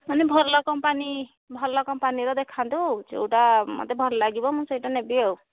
ମାନେ ଭଲ କମ୍ପାନୀ ଭଲ କମ୍ପାନୀର ଦେଖାନ୍ତୁ ଯେଉଁଟା ମୋତେ ଭଲ ଲାଗିବ ମୁଁ ସେଇଟା ନେବି ଆଉ